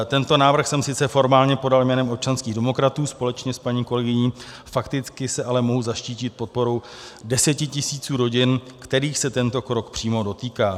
Tento návrh jsem sice formálně podal jménem občanských demokratů společně s paní kolegyní, fakticky se ale mohu zaštítit podporou desetitisíců rodin, kterých se tento krok přímo dotýká.